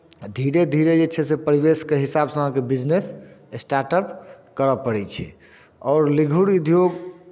धीरे धीरे जे छै से परिवेशके हिसाबसँ अहाँकेँ बिजनेस स्टार्टअप करय पड़ै छै आओर लघु उद्योग